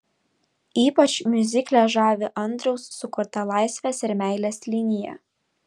ypač miuzikle žavi andriaus sukurta laisvės ir meilės linija